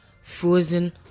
frozen